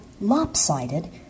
lopsided